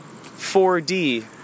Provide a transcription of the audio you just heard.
4D